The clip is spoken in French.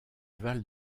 val